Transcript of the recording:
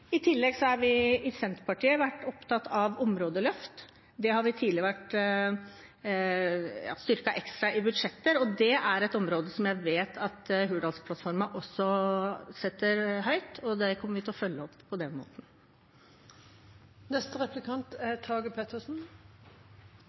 i barnehagen. I tillegg har vi i Senterpartiet vært opptatt av områdeløft. Det har vi styrket ekstra i budsjetter. Det er et område som jeg vet at Hurdalsplattformen også setter høyt, og det kommer vi til å følge opp på den måten.